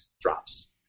drops